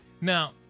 Now